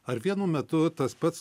ar vienu metu tas pats